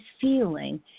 feeling